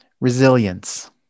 resilience